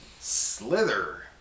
Slither